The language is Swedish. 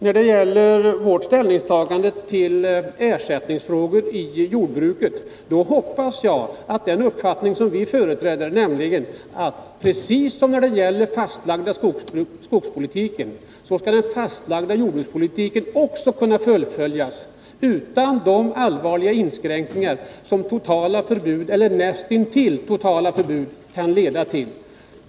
När det gäller vårt ställningstagande till ersättningsfrågor inom jordbruket hoppas jag att den uppfattning som vi företräder skall vinna gehör, nämligen att den fastlagda jordbrukspolitiken precis som den fastlagda skogspolitiken skall kunna fullföljas utan de allvarliga inskränkningar som totala eller näst intill totala förbud kan leda till.